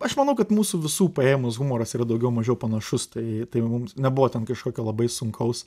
aš manau kad mūsų visų paėmus humoras yra daugiau mažiau panašus tai tai mums nebuvo ten kažkokio labai sunkaus